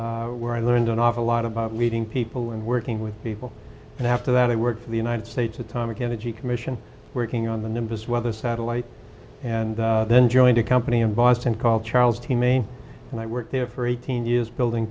officer where i learned an awful lot about meeting people and working with people and after that i worked for the united states atomic energy commission working on the nimbus weather satellite and then joined a company in boston called charles t main and i worked there for eighteen years building